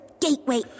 gateway